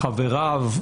חבריו,